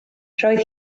roedd